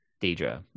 Deidre